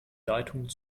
leitungen